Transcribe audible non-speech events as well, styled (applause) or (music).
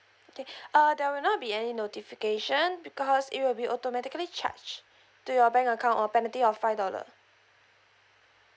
okay (breath) uh there will not be any notification because it will be automatically charge to your bank account or penalty of five dollar